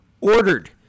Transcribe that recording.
ordered